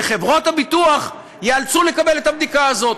וחברות הביטוח ייאלצו לקבל את הבדיקה הזאת.